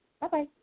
Bye-bye